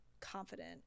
confident